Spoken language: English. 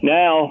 now